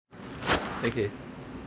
okay